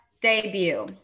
debut